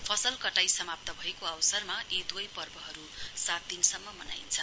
फसल कटाई समाप्त भएको अवसरमा यी दुवै पर्वहरु सात दिनसम्म मनाइनेछ